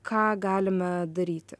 ką galime daryti